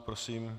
Prosím.